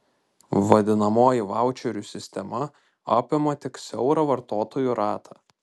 vadinamoji vaučerių sistema apima tik siaurą vartotojų ratą